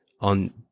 on